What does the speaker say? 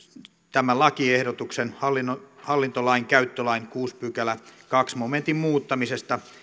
tämän lakiehdotuksen hallintolainkäyttölain kuudennen pykälän toisen momentin muuttamisesta